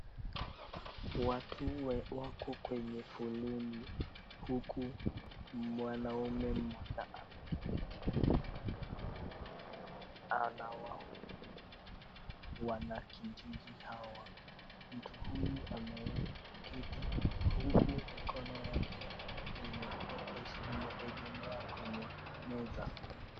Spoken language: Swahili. Watu wako kwenye foleni huku mwanaume mmoja ameketi chini, ambaye anawahudumia wanakijiji hawa. Mtu huyu ameketi huku mikono yake imeegemea kwenye meza.